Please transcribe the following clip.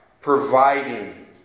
providing